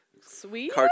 sweet